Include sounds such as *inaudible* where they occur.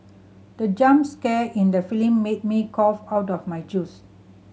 the jump scare in the *unintelligible* made me cough out of my juice